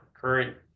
current